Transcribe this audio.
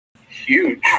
huge